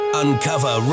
uncover